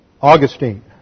Augustine